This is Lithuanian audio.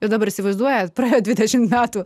ir dabar įsivaizduojat praėjo dvidešimt metų